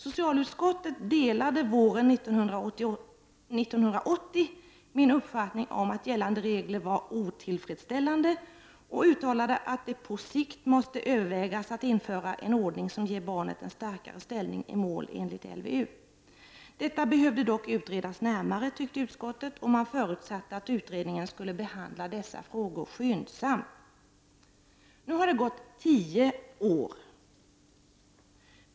Socialutskottet delade våren 1980 min uppfattning att gällande regler var otillfredsställande och uttalade att det på sikt måste övervägas att införa en ordning som ger barnet en starkare ställning i mål enligt LVU. Detta behövde dock utredas närmare, tyckte utskottet, och det förutsatte att utredningen skulle behandla dessa frågor skyndsamt. Nu har det gått tio år!